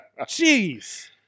Jeez